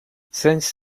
since